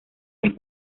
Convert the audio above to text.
las